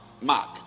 Mark